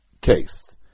case